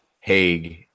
Haig